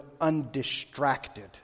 undistracted